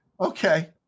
Okay